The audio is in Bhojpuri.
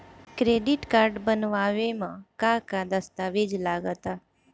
क्रेडीट कार्ड बनवावे म का का दस्तावेज लगा ता?